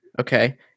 okay